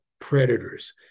predators